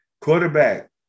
Quarterback